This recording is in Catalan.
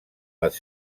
les